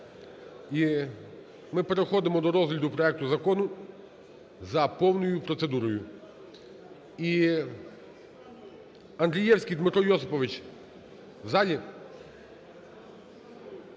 ми переходимо до розгляду проекту закону за повною процедурою.